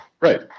Right